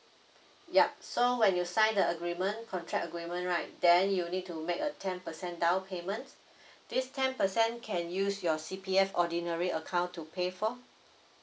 yup so when you sign the agreement contract agreement right then you need to make a ten percent downpayment this ten percent can use your C_P_F ordinary account to pay for